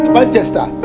Manchester